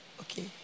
okay